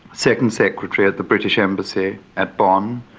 second secretary at the british embassy at bon,